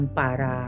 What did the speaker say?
para